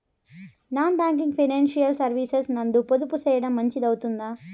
Non banking financial services నందు పొదుపు సేయడం మంచిది అవుతుందా?